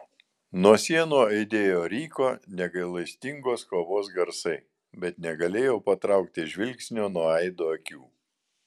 nuo sienų aidėjo ryko negailestingos kovos garsai bet negalėjau patraukti žvilgsnio nuo aido akių